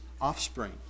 offspring